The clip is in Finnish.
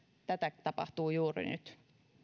tätäkin tapahtuu juuri nyt